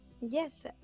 yes